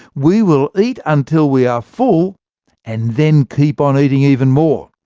we will eat until we are full and then keep on eating even more.